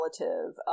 relative